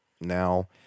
now